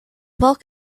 bulk